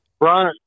Right